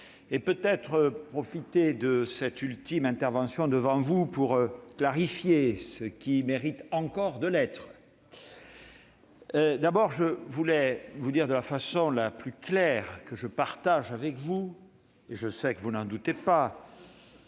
également profiter de cette ultime intervention devant vous pour clarifier ce qui mérite encore de l'être. D'abord, je veux vous dire de la façon la plus claire possible que je partage avec vous- je sais que vous n'en doutez pas